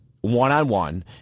one-on-one